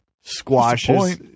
squashes